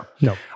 No